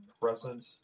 present